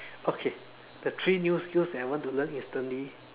okay the three new skills that I want to learn instantly